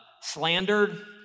slandered